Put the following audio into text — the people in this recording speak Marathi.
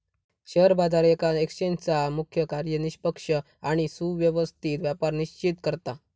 शेअर बाजार येका एक्सचेंजचा मुख्य कार्य निष्पक्ष आणि सुव्यवस्थित व्यापार सुनिश्चित करता